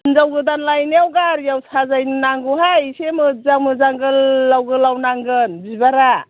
हिन्जाव गोदान लायनायाव गारिआव साजायनो नांगौहाय एसे मोजां मोजां गोलाव गोलाव नांगोन बिबारआ